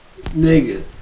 nigga